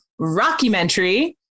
rockumentary